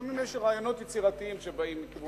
לפעמים יש רעיונות יצירתיים שבאים מכיוון,